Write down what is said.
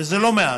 וזה לא מעט.